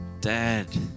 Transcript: dad